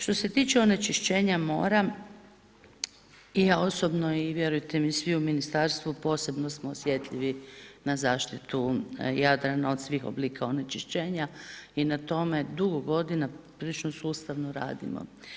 Što se tiče onečišćenja mora i ja osobno vjerujte mi svi u Ministarstvu posebno smo osjetljivi na zaštitu Jadrana od svih oblika onečišćenja i na tome dugo godina prilično sustavno radimo.